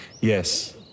Yes